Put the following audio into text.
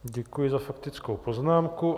Děkuji za faktickou poznámku.